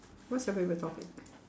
what's your favourite topic